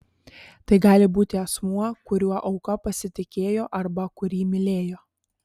tai gali būti asmuo kuriuo auka pasitikėjo arba kurį mylėjo